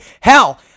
Hell